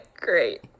Great